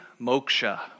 moksha